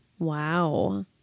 Wow